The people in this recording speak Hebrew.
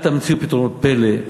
אל תמציאו פתרונות פלא,